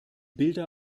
bilder